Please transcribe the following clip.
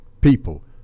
people